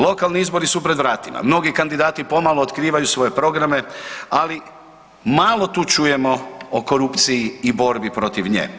Lokalni izbori su pred vratima, mnogi kandidati pomalo otkrivaju svoje programe, ali malo tu čujemo o korupciji i borbi protiv nje.